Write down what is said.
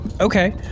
Okay